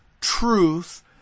Truth